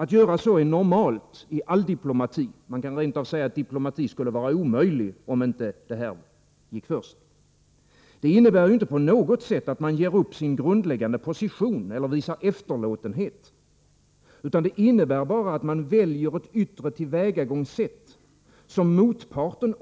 Att göra så är normalt i all diplomati. Man kan rent av säga att diplomati vore omöjlig, om inte detta gick för sig. Det innebär dock inte på något sätt att man ger upp sin grundläggande position eller visar efterlåtenhet. Det innebär bara att man väljer ett yttre tillvägagångssätt, som också motparten